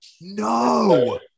No